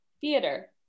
Theater